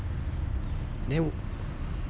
then